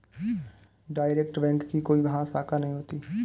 direct bank की कोई बाह्य शाखा नहीं होती